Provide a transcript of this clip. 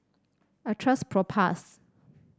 I trust Propass